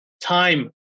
time